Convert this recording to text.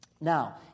Now